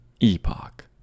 epoch